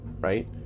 Right